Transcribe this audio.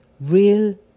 real